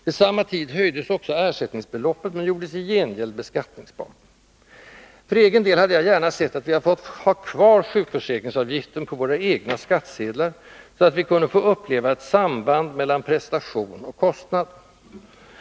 Vid samma tid höjdes också ersättningsbeloppet men gjordes i gengäld beskattningsbart. För egen del hade jag gärna sett att vi fått ha kvar sjukförsäkringsavgiften på våra egna skattsedlar så att vi kunde få uppleva ett samband mellan prestation och kostnad.